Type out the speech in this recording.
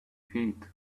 feet